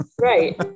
Right